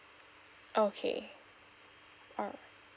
okay alright